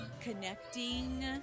Connecting